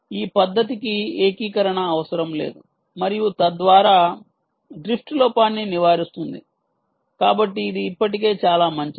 ఈ పద్ధతికి ఏకీకరణ అవసరం లేదు మరియు తద్వారా డ్రిఫ్ట్ లోపాన్ని నివారిస్తుంది కాబట్టి ఇది ఇప్పటికే చాలా మంచిది